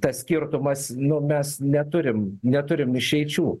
tas skirtumas nu mes neturim neturim išeičių